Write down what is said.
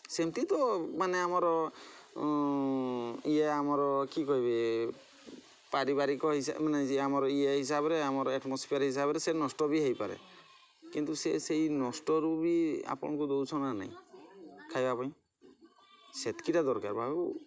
ସେମିତି ତ ମାନେ ଆମର ଇଏ ଆମର କି କହିବେ ପାରିବାରିକ ହିସାବ ମାନେ ସିଏ ଆମର ଆମର ଇଏ ହିସାବରେ ଆମର ଆଟ୍ମୋସ୍ଫିଅର୍ ହିସାବରେ ସେ ନଷ୍ଟ ବି ହୋଇପାରେ କିନ୍ତୁ ସେ ସେହି ନଷ୍ଟରୁ ବି ଆପଣଙ୍କୁ ଦେଉଛୁ ନା ନାହିଁ ଖାଇବା ପାଇଁ ସେତିକିଟା ଦରକାର ବାବୁ